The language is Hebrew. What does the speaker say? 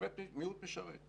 בעיקר דרך מסלולי השירות הלאומי